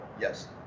Yes